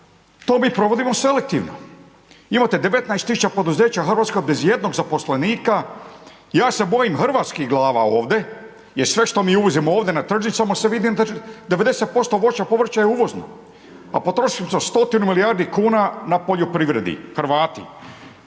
to mi provodimo selektivno. Imate 19 000 poduzeća u Hrvatskoj bez ijednog zaposlenika, ja se bojim hrvatskih glava ovdje jer sve što mi uvozimo ovdje na tržnicama se vidi, 90% voća i povrća je uvozno a potrošimo stotine milijardi kuna na poljoprivredi, Hrvati.